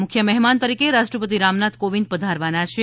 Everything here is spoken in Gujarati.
મુખ્ય મહેમાન તરીકે રાષ્ટ્રપતિ રામનાથ કોંવિદ પધારવાના છે